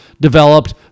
developed